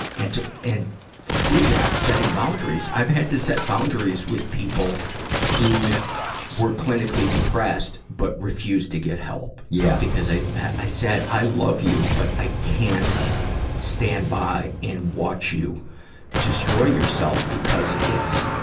and to, and through that, setting boundaries, i've had to set boundaries with people who were clinically depressed, but refused to get help, yeah because i, i said, i love you, but i can't stand by and watch you destroy yourself, because it's,